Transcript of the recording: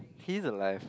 he's alive